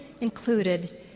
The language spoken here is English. included